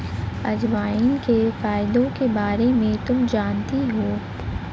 अजवाइन के फायदों के बारे में तुम जानती हो?